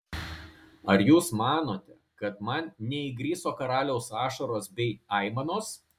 ar jūs manote kad man neįgriso karaliaus ašaros bei aimanos